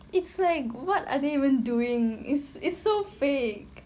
it's like what are they even doing it's it's so fake